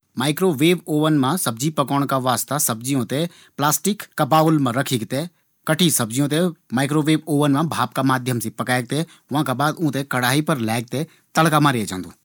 Micro wave oven मा सब्जी पकोण का वास्ता सब्जियों थें प्लास्टिक का बाउल मा रखिक थें कटी सब्जियों थें माइक्रो वेव अवन मा भाप का माध्यम से पकाये जांदू। वाँका बाद वीं ते कढ़ाई पर लैक तड़का मारै जांदू।